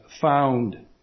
found